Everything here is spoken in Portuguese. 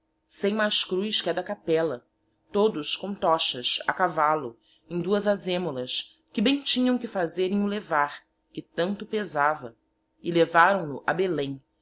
sem mais cruz que a da capella todos com tochas a cavallo em duas azemolas que bem tinhaõ que fazer em o levar que tanto pezava e levaraõ no a belem